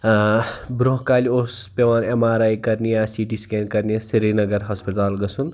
ٲں برٛونٛہہ کالہِ اوٗس پیٚوان ایٚم آر آی کَرنہِ سی ٹی سِکین کَرنہِ سریٖنَگَر ہَسپَتال گَژھُن